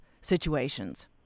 situations